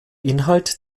inhalt